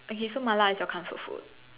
okay so mala is your comfort food